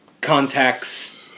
contacts